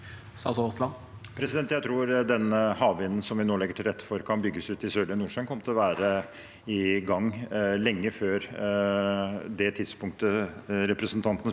Jeg tror den hav- vinden som vi nå legger til rette for at kan bygges ut i Sørlige Nordsjø, kommer til å være i gang lenge før det tidspunktet representanten